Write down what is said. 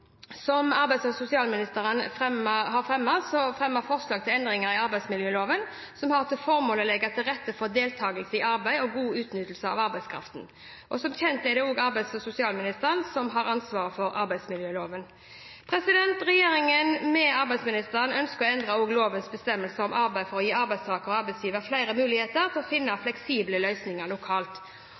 arbeidsmiljøloven som har til formål å legge til rette for deltakelse i arbeid og god utnyttelse av arbeidskraften. Som kjent er det arbeids- og sosialministeren som har ansvaret for arbeidsmiljøloven. Regjeringen ved arbeids- og sosialministeren ønsker å endre lovens bestemmelser om arbeidstid for å gi arbeidstakere og arbeidsgivere flere muligheter til å finne fleksible løsninger lokalt.